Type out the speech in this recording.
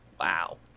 Wow